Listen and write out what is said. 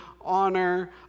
honor